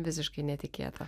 visiškai netikėta